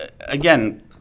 Again